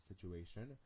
situation